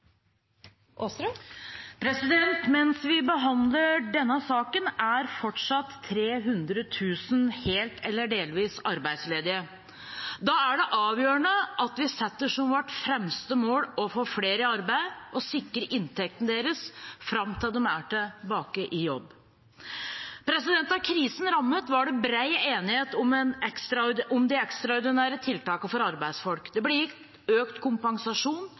behandler denne saken, er fortsatt 300 000 helt eller delvis arbeidsledige. Da er det avgjørende at vi setter som vårt fremste mål å få flere i arbeid og sikre inntekten deres fram til de er tilbake i jobb. Da krisen rammet, var det bred enighet om de ekstraordinære tiltakene for arbeidsfolk. Det ble gitt økt kompensasjon